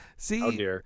See